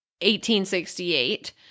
1868